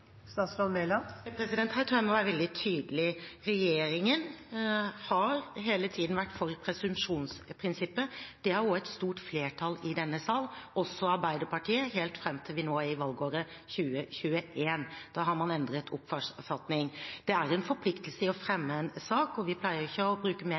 Her tror jeg at jeg må være veldig tydelig: Regjeringen har hele tiden vært for presumsjonsprinsippet. Det har også et stort flertall i denne sal, også Arbeiderpartiet, helt fram til vi nå er i valgåret 2021. Da har man endret oppfatning. Det er en forpliktelse i å fremme en sak, og vi pleier ikke å bruke mer